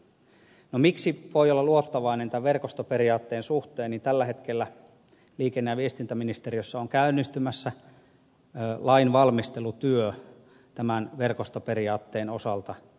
syy miksi voi olla luottavainen verkostoperiaatteen suhteen on että tällä hetkellä liikenne ja viestintäministeriössä on käynnistymässä lainvalmistelutyö verkostoperiaatteen osalta